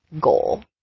goal